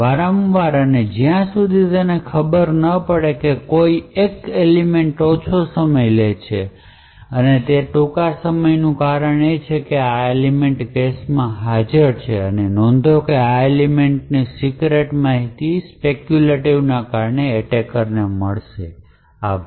વારંવાર અને જ્યાં સુધી તેને ખબર ન પડે કે કોઈ એક એલિમેંટ ઑછો સમય લે છે તેથી ટૂંકા સમય નું કારણ એ છે કે આ એલિમેંટ કેશમાં છે અને નોંધો કે આ એલિમેંટ ની સીક્રેટ માહિતી સ્પેક્યૂલેટિવને કારણે એટેકરને મળશે આભાર